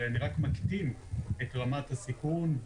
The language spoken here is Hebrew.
הרי אני רק מקטין את רמת הסיכון.